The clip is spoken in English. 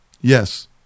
yes